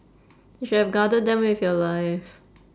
you should have guarded them with your life